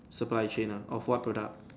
supply chain ah of what product